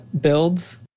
builds